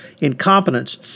incompetence